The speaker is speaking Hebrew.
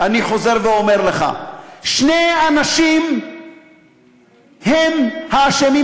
אני חוזר ואומר לך: שני אנשים הם האשמים